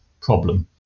problem